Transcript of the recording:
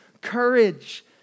courage